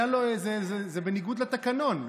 זה בניגוד לתקנון,